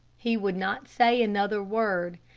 he would not say another word.